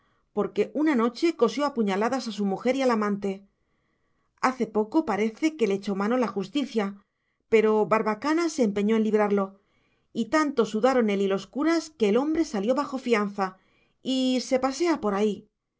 porque una noche cosió a puñaladas a su mujer y al amante hace poco parece que le echó mano la justicia pero barbacana se empeñó en librarlo y tanto sudaron él y los curas que el hombre salió bajo fianza y se pasea por ahí